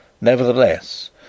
Nevertheless